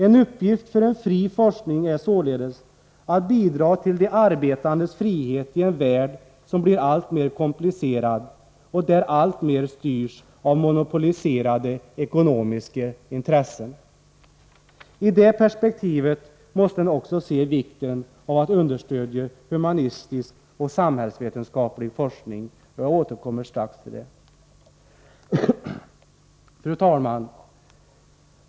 En uppgift för en fri forskning är således att bidra till de arbetandes frihet i en värld som blir alltmer komplicerad och där alltmer styrs av monopoliserade ekonomiska intressen. I det perspektivet måste man också se vikten av att understödja humanistisk och samhällsvetenskaplig forskning. Jag återkommer strax till det. Fru talman!